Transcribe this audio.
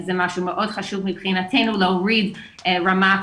זה משהו מאוד חשוב מבחינתנו להוריד את רמת